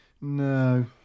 No